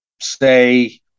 say